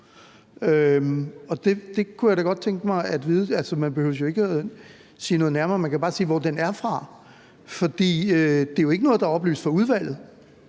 Man behøver jo ikke at sige noget nærmere; man kan bare sige, hvor den er fra. For det er jo ikke noget, der er oplyst til udvalget.